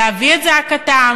להביא את זעקתם.